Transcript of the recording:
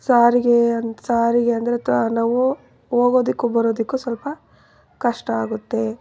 ಸಾರಿಗೆ ಅಂದು ಸಾರಿಗೆ ಅಂದರೆ ತ ನಾವು ಹೋಗೋದಿಕ್ಕೂ ಬರೋದಕ್ಕೂ ಸ್ವಲ್ಪ ಕಷ್ಟ ಆಗುತ್ತೆ